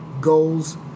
goals